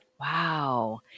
Wow